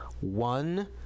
One